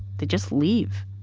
they just leave